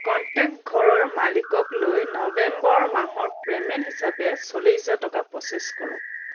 contact ঘৰৰ মালিককলৈ November মাহৰ পে'মেণ্ট হিচাপে চল্লিছ হেজাৰ টকা প্ৰ'চেছ কৰক